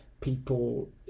people